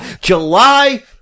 July